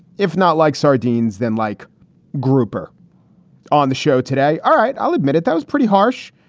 if not like sardines, then like grouper on the show today. all right. i'll admit it. that was pretty harsh.